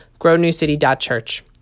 grownewcity.church